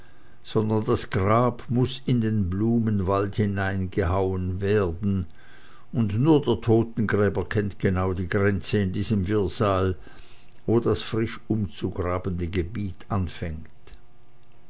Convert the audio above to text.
sondern das grab muß in den blumenwald hineingehauen werden und nur der totengräber kennt genau die grenze in diesem wirrsal wo das frisch umzugrabende gebiet anfängt